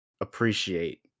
appreciate